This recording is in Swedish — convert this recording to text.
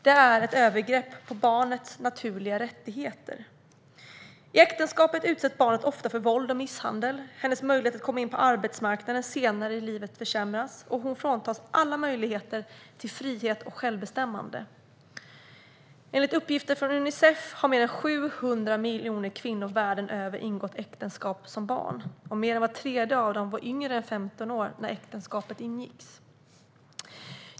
Det är ett övergrepp på barnets naturliga rättigheter. I äktenskapet utsätts barnet ofta för våld och misshandel. Hennes möjligheter att komma in på arbetsmarknaden senare i livet försämras, och hon fråntas alla möjligheter till frihet och självbestämmande. Enligt uppgifter från Unicef har mer än 700 miljoner kvinnor världen över ingått äktenskap som barn. Mer än var tredje av dem var yngre än 15 år när äktenskapet ingicks.